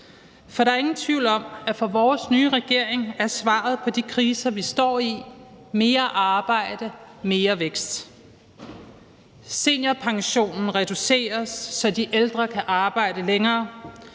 For der er ingen tvivl om, at for vores nye regering er svaret på de kriser, vi står i, mere arbejde, mere vækst. Seniorpensionen reduceres, så de ældre kan arbejde længere.